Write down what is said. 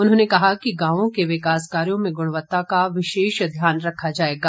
उन्होंने कहा कि गांवों के विकास कार्यो में गुणवत्ता का विशेष ध्यान रखा जाएगा